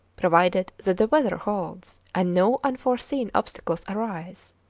provided that the weather holds and no unforeseen obstacles arise.